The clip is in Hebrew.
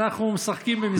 אנחנו משחקים במשחק דמוקרטי,